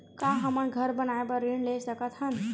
का हमन घर बनाए बार ऋण ले सकत हन?